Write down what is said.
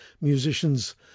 musicians